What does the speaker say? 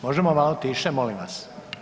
Možemo malo tiše molim vas.